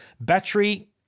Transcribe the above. Battery